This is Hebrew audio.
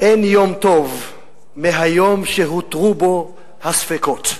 אין יום טוב מהיום שהותרו בו הספקות.